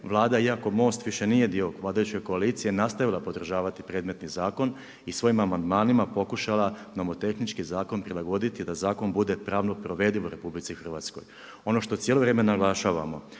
Vlada, iako Most više nije dio vladajuća koalicija, nastavila podržavati predmetni zakon i svojim amandmanima pokušala nomotehnički zakon prilagoditi da zakon bude pravno provediv u RH. Ono što cijelo vrijeme naglašavamo,